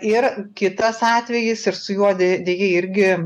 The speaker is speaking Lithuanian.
ir kitas atvejis ir su juo dė deja irgi